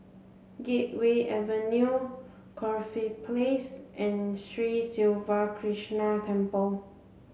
Gateway Avenue Corfe Place and Sri Siva Krishna Temple